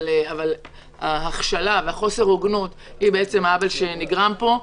אבל ההכשלה וחוסר ההוגנות הם העוול שנגרם פה.